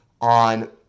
on